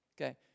okay